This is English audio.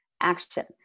action